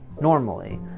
normally